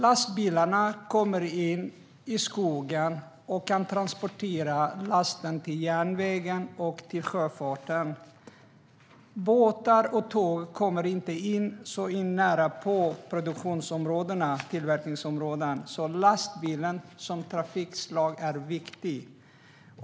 Lastbilarna kommer in i skogen och kan transportera lasten till järnvägen och till sjöfarten. Båtar och tåg kommer inte så nära inpå produktionsområdena och tillverkningsområdena. Lastbilen som trafikslag är alltså viktig.